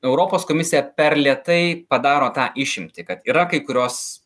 europos komisija per lėtai padaro tą išimtį kad yra kai kurios